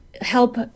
help